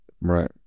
right